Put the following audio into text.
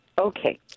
Okay